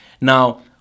Now